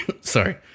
sorry